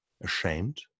ashamed